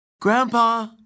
Grandpa